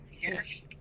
yes